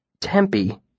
Tempe